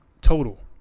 total